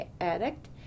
addict